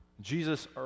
Jesus